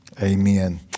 amen